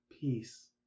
peace